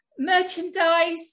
merchandise